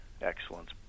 Excellence